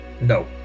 No